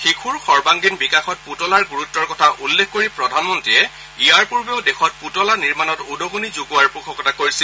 শিশুৰ সৰ্বাংগীন বিকাশত পুতলাৰ গুৰুত্ৰ কথা উল্লেখ কৰি প্ৰধানমন্ত্ৰীয়ে ইয়াৰ পূৰ্বেও দেশত পুতলা নিৰ্মাণত উদগণি যগোৱাৰ পোষকতা কৰিছিল